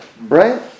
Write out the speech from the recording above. Right